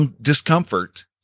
discomfort